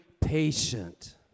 patient